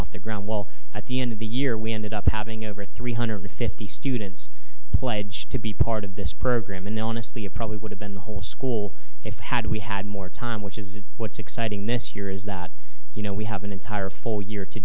off the ground while at the end of the year we ended up having over three hundred fifty students pledge to be part of this program and the honestly it probably would have been the whole school if had we had more time which is what's exciting this year is that you know we have an entire four year to